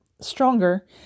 stronger